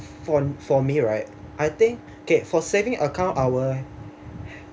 for for me right I think okay for saving account I'll